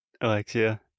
Alexia